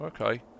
Okay